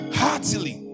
heartily